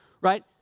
right